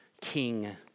king